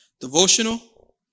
devotional